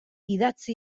idatzi